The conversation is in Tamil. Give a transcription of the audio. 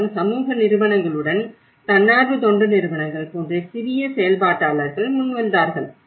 அங்குதான் சமூக நிறுவனங்களுடன் தன்னார்வ தொண்டு நிறுவனங்கள் போன்ற சிறிய செயல்பாட்டாளர்கள் முன்வந்தார்கள்